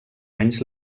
menys